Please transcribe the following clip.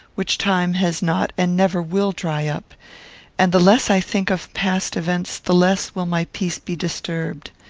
which time has not, and never will, dry up and the less i think of past events the less will my peace be disturbed.